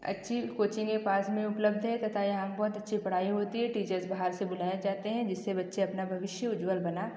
अच्छी कोचिंगें पास में उपलब्ध है तथा यहाँ बहुत अच्छी पढ़ाई होती है टीचर्स बाहर से बुलाए जाते हैं जिससे बच्चे अपना भविष्य उज्जवल बना